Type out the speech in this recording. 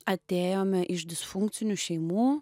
atėjome iš disfunkcinių šeimų